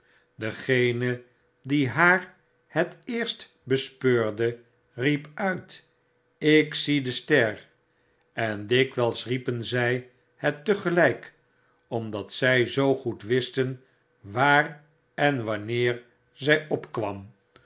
degene die haar het eerst bespeurde riepuit ik zie de ster en dikwijls riepen zij het tegelijk omdat zij zoo goed wisten waar en wanneer zij opkwam